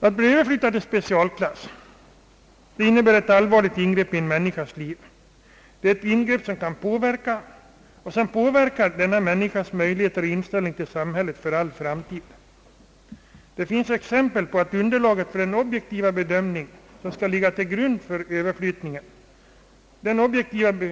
Överflyttning till specialklass innebär ett allvarligt ingrepp i en människas liv, ett ingrepp som kan påverka och som påverkar denna människas möjligheter och inställning till samhället för all framtid. Man måste ha rätt att kräva att en objektiv bedömning ligger till grund för överflyttningen, men ett sådant